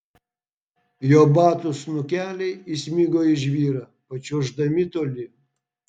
jo batų snukeliai įsmigo į žvyrą pačiuoždami tolyn